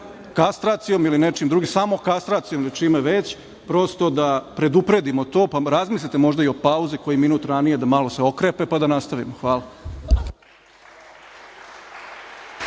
kastracijom ili nečim drugim, samokastracijom, prosto da predupredimo to, pa razmislite možda i o pauzi koji minut ranije, da malo se okrepe i da nastavimo. Hvala.